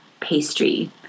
pastry